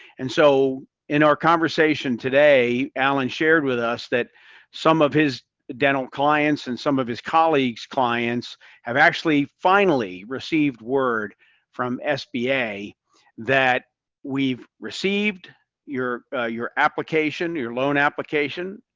and so in our conversation today allen shared with us that some of his dental clients and some of his colleagues' clients have actually finally received word from sba that we've received your your application, your loan application,